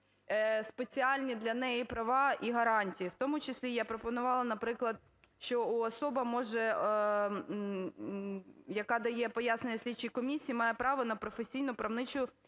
спеціальні для неї права і гарантії. В тому числі я пропонувала, наприклад, що особа може… яка дає пояснення слідчій комісії, має право на професійно-правничу